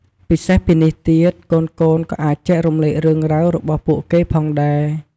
ពិសេសពីនេះទៀត កូនៗក៏អាចចែករំលែករឿងរ៉ាវរបស់ពួកគេផងដែរ។